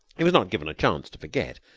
he was not given a chance to forget,